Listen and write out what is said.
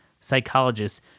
psychologists